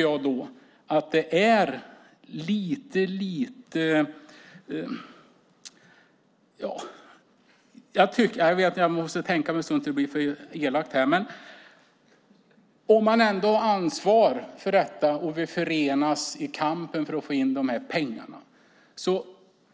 Jag måste tänka efter en stund så att jag inte blir för elak, men om man ändå ansvarar för detta och vill förenas i kampen för att få in pengarna